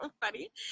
funny